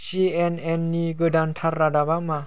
सि N N नि गोदानथार रादाबा मा